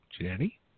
Jenny